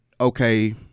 okay